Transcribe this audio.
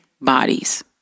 bodies